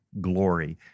glory